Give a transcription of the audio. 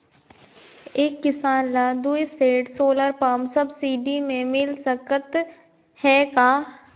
एक किसान ल दुई सेट सोलर पम्प सब्सिडी मे मिल सकत हे का?